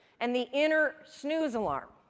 and the inner snooze alarm,